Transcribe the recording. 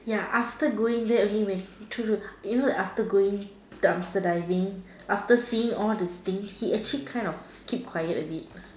ya after going there only when he you know after going dumpster diving after seeing all the thing he actually kind of keep quiet a bit